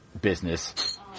business